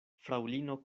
fraŭlino